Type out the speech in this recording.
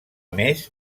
més